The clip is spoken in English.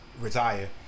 retire